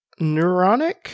neuronic